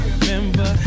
Remember